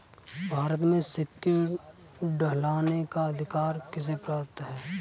भारत में सिक्के ढालने का अधिकार किसे प्राप्त है?